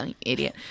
Idiot